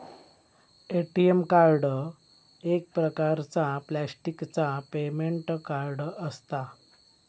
ATM card एक प्रकारचा प्लॅस्टिकचा पेमेंट कार्ड असता